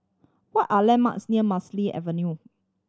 what are landmarks near Avenue